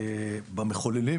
במחוללים